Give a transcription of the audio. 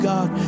God